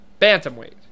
Bantamweight